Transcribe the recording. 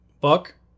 book